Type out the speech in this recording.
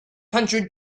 hundred